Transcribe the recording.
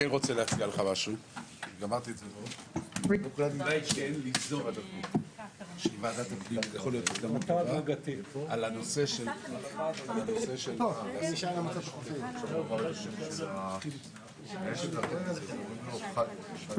הישיבה ננעלה בשעה 11:57.